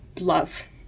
love